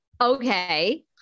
Okay